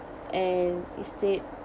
and instead